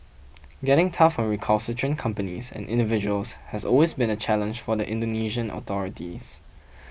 getting tough on recalcitrant companies and individuals has always been a challenge for the Indonesian authorities